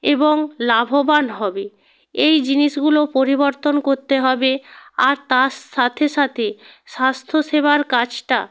এবং লাভবান হবে এই জিনিসগুলো পরিবর্তন করতে হবে আর তার সাথে সাথে স্বাস্থ্যসেবার কাজটা